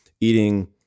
eating